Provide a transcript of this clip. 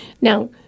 Now